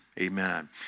Amen